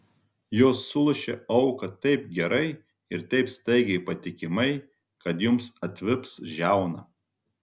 jos sulošia auką taip gerai ir taip staigiai patikimai kad jums atvips žiauna